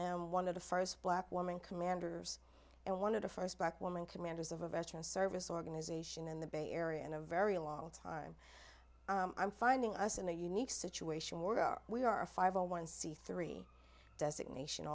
am one of the first black woman commanders and one of the first black woman commanders of a veterans service organization in the bay area and a very long time i'm finding us in a unique situation where we are a five hundred one c three designation